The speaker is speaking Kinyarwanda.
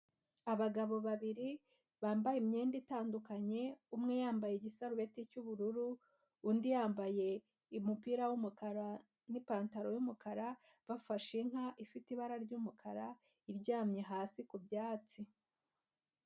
Abagabo babiri bambaye imyenda itandukanye, umwe yambaye igisarubeti cy'ubururu undi yambaye umupira w'umukara n'ipantaro y'umukara bafashe inka ifite ibara ry'umukara iryamye hasi ku byatsi.